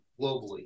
globally